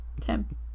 Tim